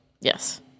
Yes